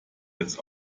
jetzt